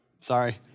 sorry